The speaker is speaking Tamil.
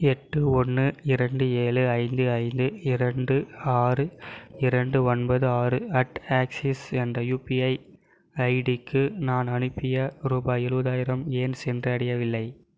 எட்டு ஒன்று இரண்டு ஏழு ஐந்து ஐந்து இரண்டு ஆறு இரண்டு ஒன்பது ஆறு அட் ஆக்சிஸ் என்ற யுபிஐ ஐடிக்கு நான் அனுப்பிய ரூபாய் இருபதாயிரம் ஏன் சென்றடையவில்லை